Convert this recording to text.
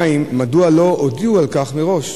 2. מדוע לא הודיעו על כך מראש?